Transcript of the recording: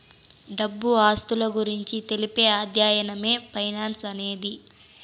డబ్బు ఆస్తుల గురించి తెలిపే అధ్యయనమే ఫైనాన్స్ అనేది